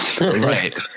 Right